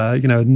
ah you know,